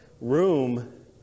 room